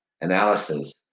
analysis